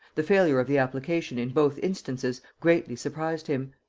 the failure of the application in both instances greatly surprised him.